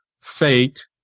fate